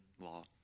law